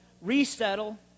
resettle